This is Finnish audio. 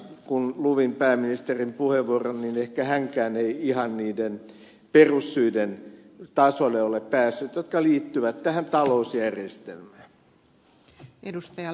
kun luin pääministerin puheenvuoron niin ehkä hänkään ei ihan niiden perussyiden tasolle ole päässyt jotka liittyvät tähän talousjärjestelmään